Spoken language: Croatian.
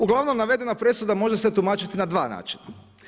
Uglavnom navedena presuda može se tumačiti na dva načina.